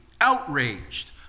outraged